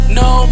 no